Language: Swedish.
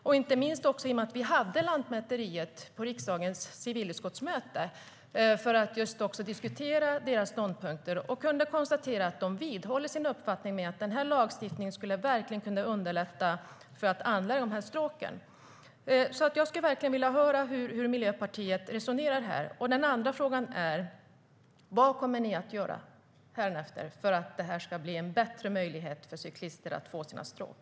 Lantmäteriet var med på mötet i riksdagens civilutskott för att vi skulle diskutera deras ståndpunkter. De vidhåller sin uppfattning att lagstiftningen skulle kunna underlätta för att anlägga stråken. Jag vill höra hur Miljöpartiet resonerar här. Den andra frågan är: Vad kommer ni att göra hädanefter för att det ska bli en bättre möjlighet för cyklister att få sina stråk?